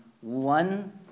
one